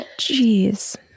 Jeez